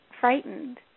frightened